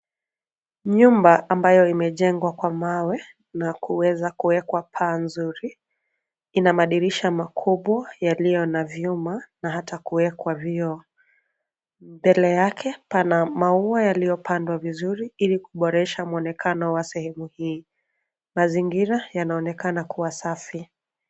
Nyumba ambayo imejengwa kwa mawe na kuweza kuwekwa paa nzuri. Ina madirisha makubwa yaliyo na vyuma na hata kuwekwa vioo. Mbele yake pana maua yaliyopandwa vizuri ili kuboresha muonekano wa sehemu hii. Mazingira yanaonekana kuwa safi.